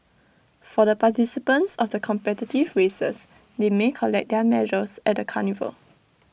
for the participants of the competitive races they may collect their medals at the carnival